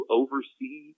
oversee